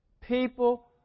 People